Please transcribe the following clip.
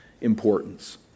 importance